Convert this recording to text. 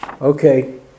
Okay